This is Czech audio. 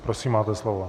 Prosím, máte slovo.